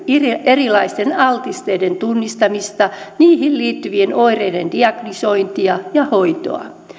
erilaisten altisteiden tunnistamista niihin liittyvien oireiden diagnosointia ja hoitoa